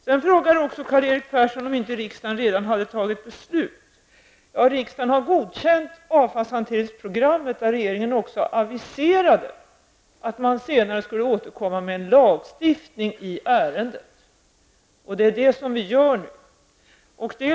Sedan frågade också Karl-Erik Persson om inte riksdagen redan hade fattat beslut. Riksdagen har godkänt avfallshanteringsprogrammet, där regeringen också aviserade att man senare skulle återkomma med en lagstiftning i ärendet -- och det är det som vi gör nu.